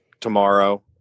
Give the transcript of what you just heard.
tomorrow